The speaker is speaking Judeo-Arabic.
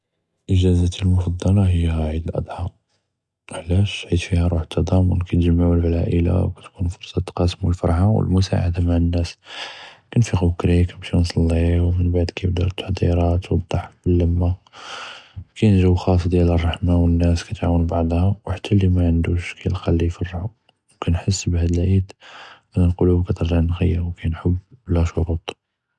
אֻגַ'אזַאתִי אלמֻפַדַּלָה הִיא עִיד אלאדחַא, עלאשו? חית פִיהָ רוּח אלתַדַאמּוּן, כִּיתגַ'מְעוּ אלעַאִלָה ו לַחַזַאת כִּנְתַקַּאסְמוּ אלפַרְחָה ו אלמֻסַעַדָה מַע אלנּאס, כִּנפִיקו פִי אלעִיד ו כִּנמשִיו נִצְלִיו, כִּיבְדָאוּ אלאוּקַאת דִיאל אלוּד ו אלרַחְמָה, ו חָתָה לי מֻעַנדּוּש כִּילְקָא אללי יִפרַחו, ו כִּנחַס בּאללי חַדּ אלעִיד כִּילְקָא אללי יְעִירו, קַאין חֻבּ בְּלָא שֻרוּט.